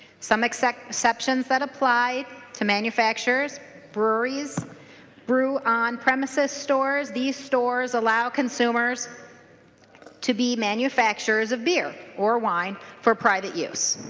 some exceptions exceptions that apply to manufacturers breweries blue on premises stores the stores allow consumers to be manufacturers of the year or wine for private use.